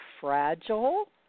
fragile